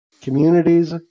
communities